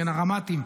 הרמ"טים,